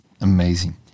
Amazing